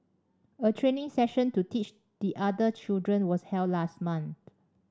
a training session to teach the other children was held last month